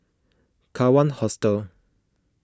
Kawan Hostel